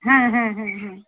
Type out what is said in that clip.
হ্যাঁ হ্যাঁ হ্যাঁ হ্যাঁ